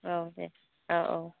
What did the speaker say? औ दे औ औ